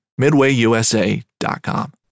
MidwayUSA.com